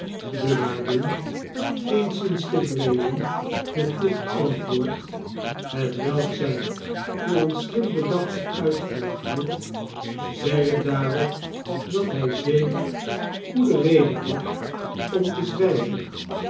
de waardin geenszins tevreden met dit antwoord hetwelk zij voor een slim bedachte uitvlucht hield zeide daarop dat hij zeker goede reden had om te zwijgen